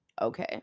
okay